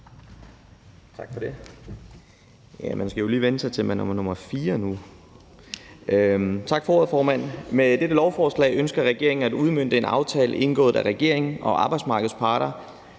Tak for det. Man skal jo lige vænne sig til, at man er nummer fire i ordførerrækken nu. Tak for ordet, formand. Med dette lovforslag ønsker regeringen at udmønte en aftale indgået af regeringen og arbejdsmarkedets parter